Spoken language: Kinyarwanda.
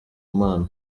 mana